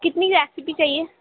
کتنی چاہیے